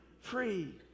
free